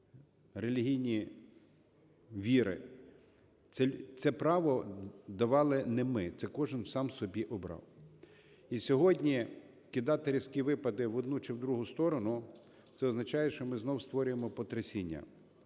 релігійні віри. Це право давали не ми, це кожен сам собі обрав. І сьогодні кидати різкі випади в одну чи в другу сторону, це означає, що ми знову створюємо потрясіння.